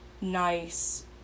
nice